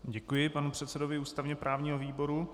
Děkuji panu předsedovi ústavněprávního výboru.